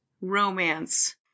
romance